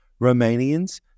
Romanians